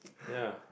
ya